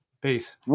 Peace